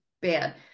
bad